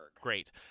Great